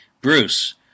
Bruce